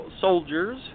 Soldiers